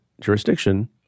jurisdiction